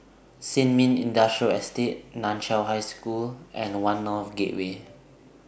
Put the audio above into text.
Sin Ming Industrial Estate NAN Chiau High School and one North Gateway